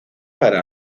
para